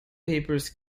papers